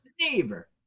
neighbor